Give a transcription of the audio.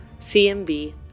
CMB